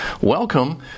Welcome